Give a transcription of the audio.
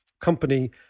company